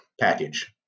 package